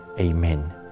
Amen